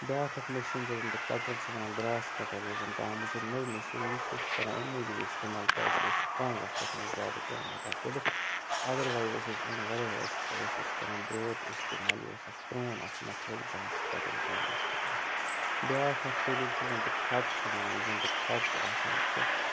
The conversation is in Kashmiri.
بیٛاکھ اَکھ مِشیٖن یَتھ زَنتہِ کَٹَر چھِ وَنان گرٛاس کَٹَر یَس زَنتہِ آمٕژ چھےٚ نٔو مِشیٖن یہِ چھِ أسۍ کَران اَمہِ موٗجوٗب استعمال کیٛازِکہِ أسۍ چھِ کَم وقتَس منٛز زیادٕ کٲم ہٮ۪کان کٔرِتھ اَدروایز أسۍ ٲسۍ اَمہِ وَرٲے أسۍ ٲسۍ أسۍ ٲسۍ کَران درٛوتھ استعمال یہِ اوس اَکھ پرٛون اَکھ مٮ۪تھڈ گرٛاس کَٹِنٛگ کَرنہٕ خٲطرٕ بیٛاکھ اَکھ طریٖقہٕ چھُ زَںتہِ کھَرٛپ چھِ وَنان یُس زَنتہِ کھرٛپ چھِ آسان چھِ